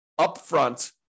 upfront